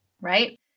Right